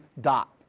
dot